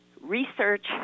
research